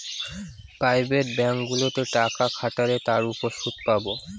private ব্যাঙ্কগুলোতে টাকা খাটালে তার উপর সুদ পাবো